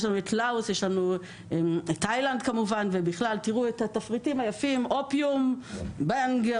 תראו את התפריטים היפים: OPIUM BONG,